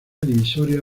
divisoria